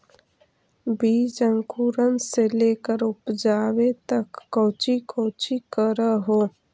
बीज अंकुरण से लेकर उपजाबे तक कौची कौची कर हो?